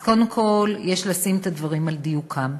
אז קודם כול יש לשים את הדברים על דיוקם.